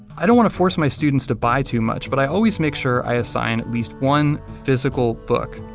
i don't want to force my students to buy too much, but i always make sure i assign at least one physical book.